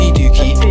dookie